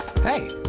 Hey